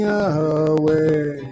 away